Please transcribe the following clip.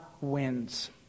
wins